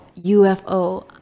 UFO